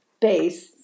base